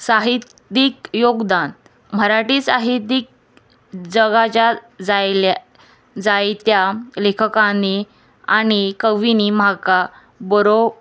साहित्यीक योगदान मराठी साहित्यीक जगाच्या जायल्या जायत्या लेखकांनी आनी कविनी म्हाका बरो